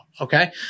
okay